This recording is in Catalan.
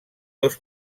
dos